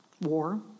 war